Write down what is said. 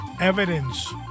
evidence